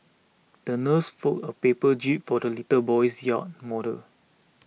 the nurse folded a paper jib for the little boy's yacht model